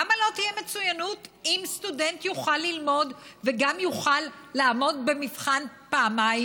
למה לא תהיה מצוינות אם סטודנט יוכל ללמוד וגם יוכל לעמוד במבחן פעמיים?